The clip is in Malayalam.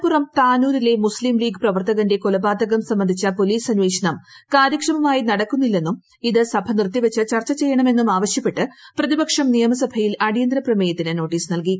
മലപ്പുറം താനൂരിലെ മുസ്ലീം ലീഗ് പ്രവർത്തകന്റെ കൊലപാതകം ്സംബന്ധിച്ച പോലീസ് അന്വേഷണം കാര്യക്ഷമമായി നടക്കുന്നില്ലെന്നും ഇത് സഭ നിർത്തിവച്ച് ചർച്ച ചെയ്യണമെന്നും ആവശ്യപ്പെട്ട് പ്രതിപക്ഷം നിയമസഭയിൽ അടിയന്തരപ്രമേയത്തിന് നോട്ടീസ് നൽകി